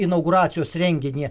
inauguracijos renginį